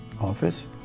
office